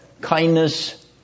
kindness